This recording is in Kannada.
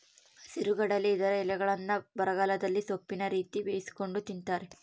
ಹಸಿರುಗಡಲೆ ಇದರ ಎಲೆಗಳ್ನ್ನು ಬರಗಾಲದಲ್ಲಿ ಸೊಪ್ಪಿನ ರೀತಿ ಬೇಯಿಸಿಕೊಂಡು ತಿಂತಾರೆ